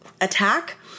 attack